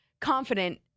confident